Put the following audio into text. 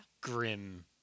grim